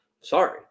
Sorry